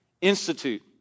Institute